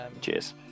cheers